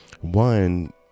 One